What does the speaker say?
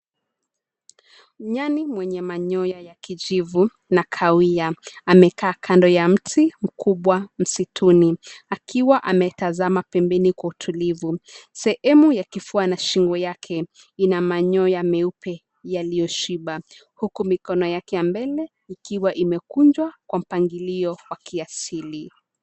Nyani mwenye manyoya ya kijivu, na kawia. Amekaa kando ya mti mkubwa msituni. Akiwa ametazama pembeni kwa utulivu. Sehemu ya kifua na shingo yake, ina manyoya meupe, yaliyoshiba. Huku mikono yake ya mbele, ikiwa imekunjwa, kwa mpangilio wa kiasili.